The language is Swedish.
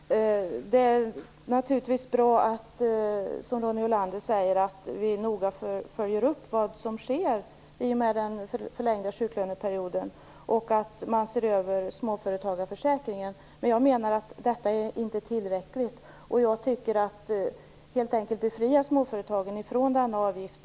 Fru talman! Det är naturligtvis bra, som Ronny Olander säger, att vi noga följer vad som sker i och med den förlängda sjuklöneperioden och att småföretagarförsäkringen ses över, men jag menar att detta inte är tillräckligt. Jag tycker att småföretagen helt enkelt bör befrias från denna avgift.